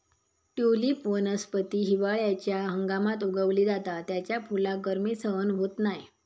tulip वनस्पती हिवाळ्याच्या हंगामात उगवली जाता त्याच्या फुलाक गर्मी सहन होत नाय